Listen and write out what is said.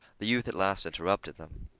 the youth at last interrupted them.